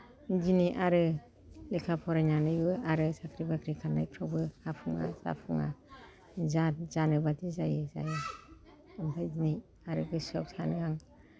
दिनै आरो लेखा फरायनानैबो आरो साख्रि बाख्रि खारनायफ्रावबो जाफुङा जाफुङा जाथ जानो बायदि जायो जायो ओमफाय दिनै आरो गोसोआव सानो आं